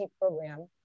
program